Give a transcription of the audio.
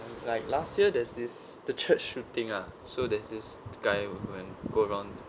like last year there's this the church shooting ah so there's this guy go and go around